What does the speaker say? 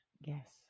Yes